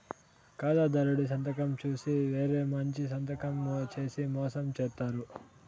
ఖాతాదారుడి సంతకం చూసి వేరే మంచి సంతకం చేసి మోసం చేత్తారు